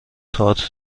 تئاتر